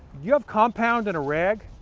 you have compound and a rag?